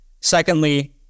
Secondly